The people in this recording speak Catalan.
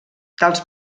tals